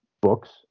books